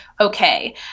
okay